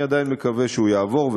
אני עדיין מקווה שהוא יעבור,